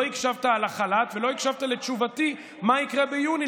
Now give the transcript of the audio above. לא הקשבת על החל"ת ולא הקשבת לתשובתי על מה יקרה ביוני,